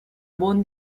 buon